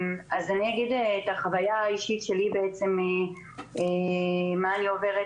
אני אגיד את החוויה האישית שלי ומה אני עוברת